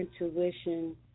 intuition